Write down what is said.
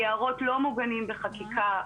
היערות לא מוגנים בחקיקה.